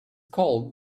called